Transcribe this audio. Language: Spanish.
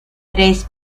tres